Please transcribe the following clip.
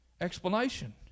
explanation